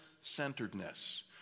centeredness